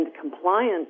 compliance